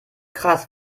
krass